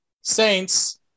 Saints